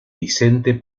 vicente